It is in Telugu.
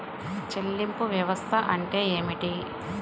చెల్లింపు వ్యవస్థ అంటే ఏమిటి?